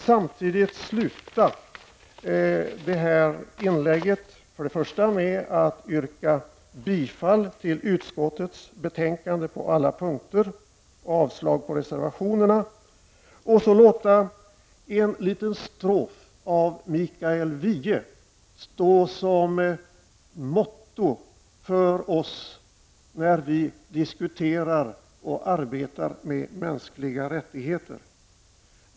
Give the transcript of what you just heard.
Jag slutar detta inlägg med att först och främst yrka bifall till utskottets hemställan på alla punkter och avslag på reservationerna. Jag vill dessutom låta en strof av Mikael Wiehe stå som motto för oss när vi diskuterar och arbetar med mänskliga rättigheter.